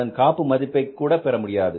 அதன் காப்பு மதிப்பை கூட பெறமுடியாது